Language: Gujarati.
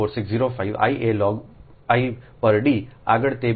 460 I a log 1 પર D આગળ તે બી હશે